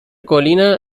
colina